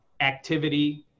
activity